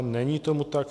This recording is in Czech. Není tomu tak.